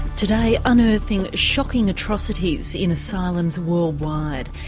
today, unearthing shocking atrocities in asylums worldwide,